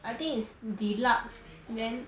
I think is deluxe then